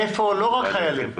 לא רק חיילים.